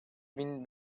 bin